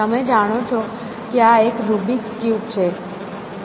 તમે જાણો છો કે આ એક રૂબિક્સ ક્યુબ Rubiks Cube છે